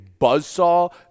buzzsaw